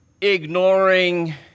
Ignoring